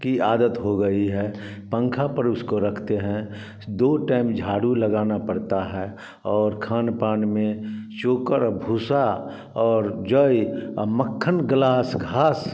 की आदत हो गई है पंखा पर उसको रखते हैं दो टाइम झाड़ू लगाना पड़ता हए और खान पान में चोकर और भूसा और जोए और मक्खन ग्लास घास